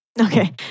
Okay